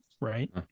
Right